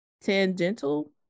tangential